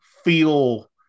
Feel